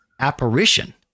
apparition